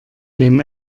dem